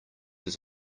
his